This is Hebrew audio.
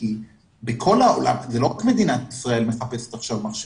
כי לא רק מדינת ישראל מחפשת עכשיו מחשבים,